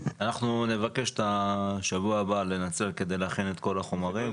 אנחנו נבקש את שבוע הבא לנצל כדי להכין את כל החומרים,